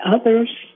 others